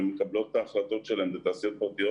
הן מקבלות את ההחלטות שלהן זה תעשיות פרטיות